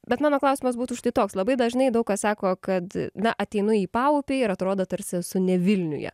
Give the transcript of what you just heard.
bet mano klausimas būtų štai toks labai dažnai daug kas sako kad na ateinu į paupį ir atrodo tarsi esu ne vilniuje